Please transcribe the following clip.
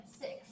six